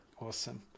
Awesome